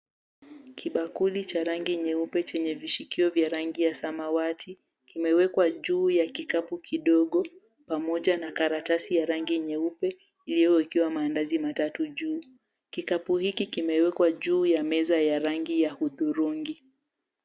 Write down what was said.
Kibakuli cha rangi nyeupe chenye vishikio vya rangi ya samawati kimewekwa juu ya kikapu kidogo pamoja na karatasi ya rangi nyeupe iliyowekewa maandazi matatu juu. Kikapu hiki kimewekwa juu ya meza ya rangi ya hudhurungi.